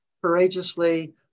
courageously